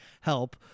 help